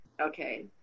okay